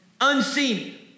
unseen